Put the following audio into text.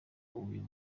uyu